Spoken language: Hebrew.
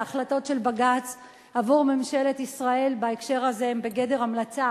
ההחלטות של בג"ץ עבור ממשלת ישראל בהקשר הזה הן בגדר המלצה,